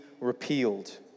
repealed